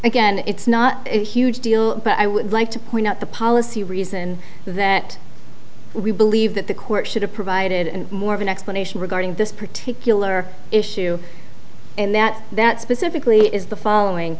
again it's not a huge deal but i would like to point out the policy reason that we believe that the court should have provided and more of an explanation regarding this particular issue and that that specifically is the following